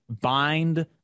bind